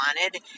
wanted